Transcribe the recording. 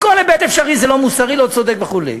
מכל היבט אפשרי, זה לא מוסרי, לא צודק וכו'.